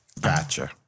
Gotcha